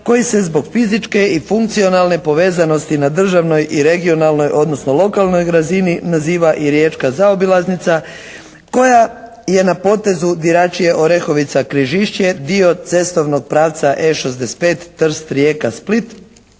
koji se zbog fizičke i funkcionalne povezanosti na državnoj i regionalnoj, odnosno lokalnoj razini naziva i riječka zaobilaznica koja je na potezu Diračije-Orehovica-Križišće dio cestovnog pravca E65 Trst-Rijeka-Split